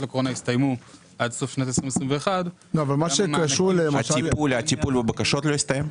לקורונה הסתיימו עד סוף 2021 --- הטיפול בבקשות לא הסתיים?